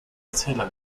erzähler